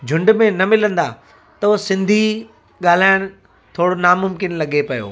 झुंड में न मिलंदा त उहो सिंधी ॻाल्हाइण थोरो नामुमकिन लॻे पियो